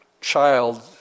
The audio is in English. child